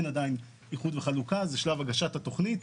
אין עדיין איחוד וחלוקה וזה שלב הגשת התכנית.